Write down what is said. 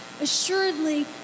Assuredly